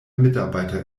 mitarbeiter